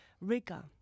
rigor